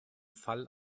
fall